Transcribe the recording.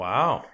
Wow